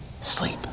sleep